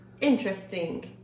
Interesting